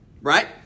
right